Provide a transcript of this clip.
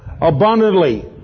abundantly